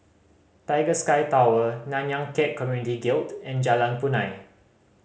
Tiger Sky Tower Nanyang Khek Community Guild and Jalan Punai